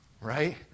right